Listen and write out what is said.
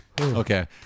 Okay